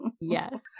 yes